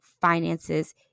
finances